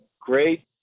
great